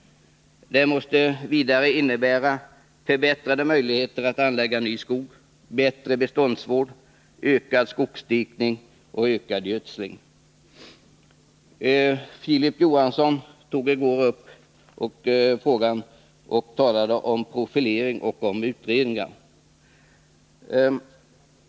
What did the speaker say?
Det måste vidare innebära förbättrade möjligheter att anlägga ny skog, bättre beståndsvård, ökad skogsdikning och ökad gödsling. Filip Johansson tog i går upp denna fråga och talade om profilering och utredningar.